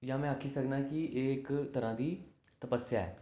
जां में आक्खी सकना कि एह् इक तरह दी तप्पसेआ ऐ